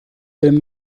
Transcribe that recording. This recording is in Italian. del